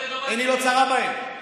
עיני לא צרה בהם.